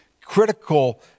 critical